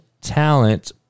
talent